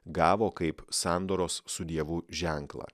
gavo kaip sandoros su dievu ženklą